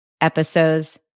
episodes